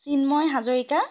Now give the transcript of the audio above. Chinmoy Hazarika